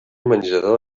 menjador